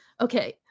Okay